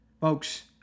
Folks